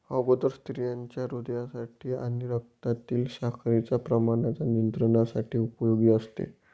गरोदर स्त्रियांच्या हृदयासाठी आणि रक्तातील साखरेच्या प्रमाणाच्या नियंत्रणासाठी उपयोगी असते